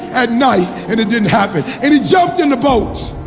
at night and it didn't happen and he jumped in the boat!